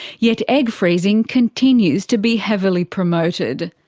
yet egg freezing continues to be heavily promoted.